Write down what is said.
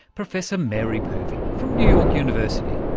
professor mary poovey from new york university.